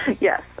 Yes